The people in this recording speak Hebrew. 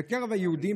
בקרב היהודים,